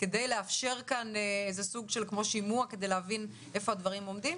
כדי לאפשר סוג של שימוע ולהבין איפה הדברים עומדים?